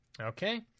Okay